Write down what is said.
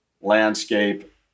landscape